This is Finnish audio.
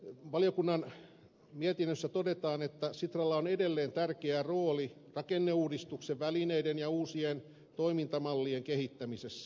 valiokunnan mietinnössä todetaan että sitralla on edelleen tärkeä rooli rakenneuudistuksen välineiden ja uusien toimintamallien kehittämisessä